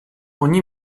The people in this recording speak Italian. ogni